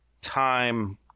time